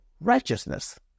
righteousness